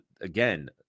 again